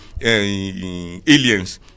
aliens